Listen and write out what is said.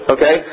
Okay